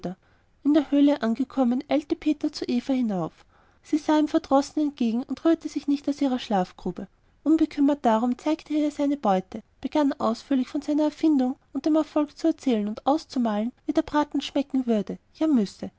in der höhle angekommen eilte peter zu eva hinauf sie sah ihm verdrossen entgegen und rührte sich nicht aus ihrer schlafgrube unbekümmert darum zeigte er ihr seine beute begann ausführlich von seiner erfindung und dem erfolg zu erzählen und auszumalen wie der braten schmecken würde ja müsse